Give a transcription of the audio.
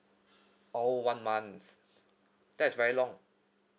oh one month that is very long